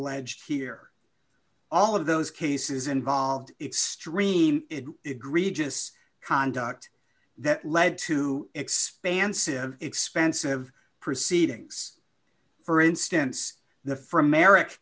eged here all of those cases involved extreme egregious conduct that lead to expansive expensive proceedings for instance the for americ